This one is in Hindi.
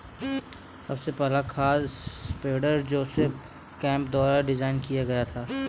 सबसे पहला खाद स्प्रेडर जोसेफ केम्प द्वारा डिजाइन किया गया था